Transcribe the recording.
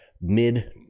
mid